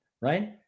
right